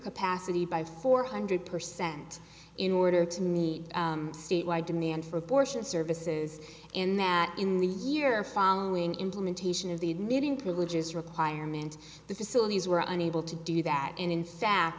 capacity by four hundred percent in order to meet state wide demand for abortion services in that in the year following implementation of the admitting privileges requirement the facilities were unable to do that and in sac